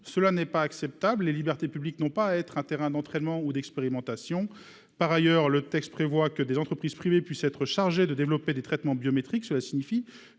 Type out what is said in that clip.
Ce n'est pas acceptable. Les libertés publiques n'ont pas à être un terrain d'entraînement ou d'expérimentation. Par ailleurs, le texte vise à prévoir que des entreprises privées puissent être chargées de développer des traitements biométriques. Cela signifie